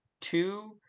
two